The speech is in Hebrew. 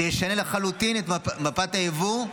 זה ישנה לחלוטין את מפת היבוא,